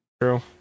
true